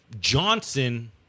Johnson